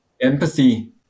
empathy